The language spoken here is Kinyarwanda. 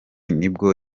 nibwo